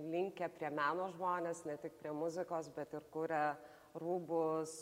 linkę prie meno žmonės ne tik prie muzikos bet ir kuria rūbus